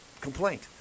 complaint